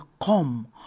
come